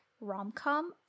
rom-com